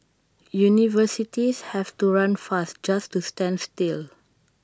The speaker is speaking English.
universities have to run fast just to stand still